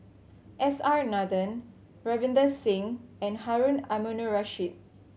S R Nathan Ravinder Singh and Harun Aminurrashid